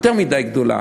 יותר מדי גדולה.